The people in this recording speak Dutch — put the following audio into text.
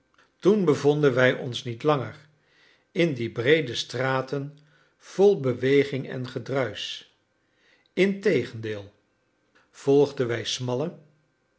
toen bevonden wij ons niet langer in die breede straten vol beweging en gedruisch integendeel volgden wij smalle